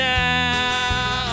now